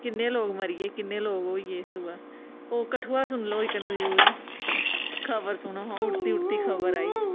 किन्ने लोग मरी गे किन्ने लोग होई गे ओह् सुबह् हून कठुआ दी सुनी लैओ इक न्यूज खबर सुनो हां उड़ती उड़ती खबर आई